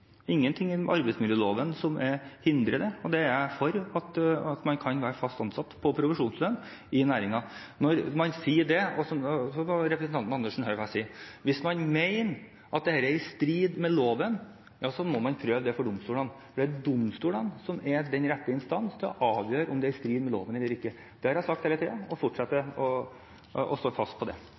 ingenting i arbeidsmiljøloven som hindrer det, og jeg er for at man kan være fast ansatt på provisjonslønn i næringer. Nå må representanten Andersen høre hva jeg sier: Hvis man mener at dette er i strid med loven, må man prøve det for domstolen. Det er domstolen som er den rette instansen til å avgjøre om det er i strid med loven eller ikke. Det har jeg sagt hele tiden og står fortsatt fast på det.